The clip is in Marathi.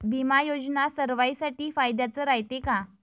बिमा योजना सर्वाईसाठी फायद्याचं रायते का?